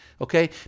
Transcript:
okay